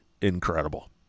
incredible